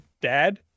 dad